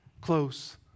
close